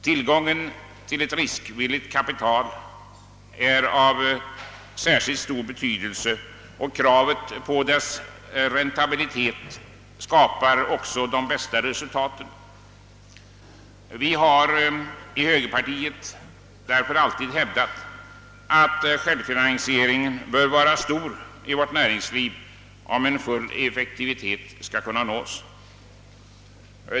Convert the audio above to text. Tillgången till riskvilligt kapital är av särskilt stor betydelse, och kravet på dess räntabilitet skapar de bästa resultaten. Vi i högerpartiet har alltid hävdat att självfinansieringsgraden bör vara hög i vårt näringsliv om full effektivitet skall kunna nås.